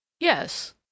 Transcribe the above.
yes